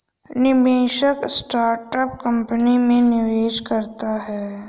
निवेशक startup company में निवेश करता है